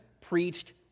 preached